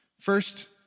First